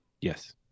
Yes